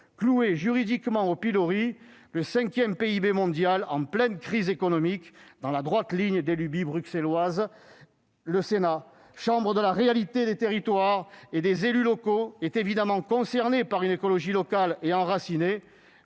sera juridiquement cloué au pilori, en pleine crise économique, dans la droite ligne des lubies bruxelloises. Le Sénat, chambre de la réalité des territoires et des élus locaux, est évidemment concerné par une écologie locale et enracinée.